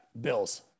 Bills